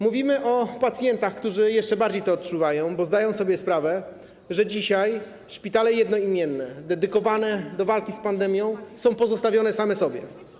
Mówimy też o pacjentach, którzy jeszcze bardziej to odczuwają, bo zdają sobie sprawę, że dzisiaj szpitalne jednoimienne, dedykowane do walki z pandemią, są pozostawione same sobie.